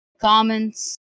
Comments